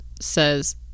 says